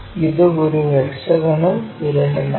ഇത് ഒരു ഹെക്സഗണൽ പിരമിഡാണ്